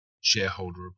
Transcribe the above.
shareholder